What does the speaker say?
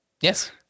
Yes